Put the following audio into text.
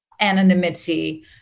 anonymity